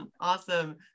Awesome